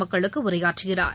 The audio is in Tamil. மக்களுக்கு உரையாற்றுகிறார்